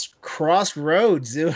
crossroads